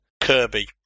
Kirby